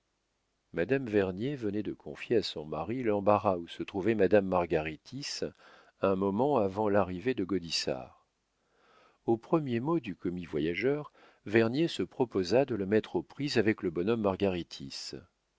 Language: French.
madame vernier venait de confier à son mari l'embarras où se trouvait madame margaritis un moment avant l'arrivée de gaudissart au premier mot du commis-voyageur vernier se proposa de le mettre aux prises avec le bonhomme